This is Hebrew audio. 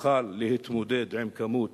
תוכל להתמודד עם כמות